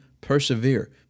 persevere